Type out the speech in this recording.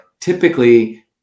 typically